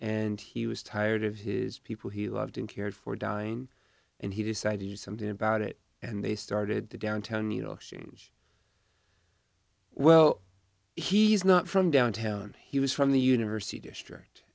and he was tired of his people he loved and cared for dying and he decided something about it and they started the downtown needle exchange well he's not from downtown he was from the university district